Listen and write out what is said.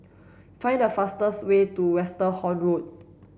find the fastest way to Westerhout Road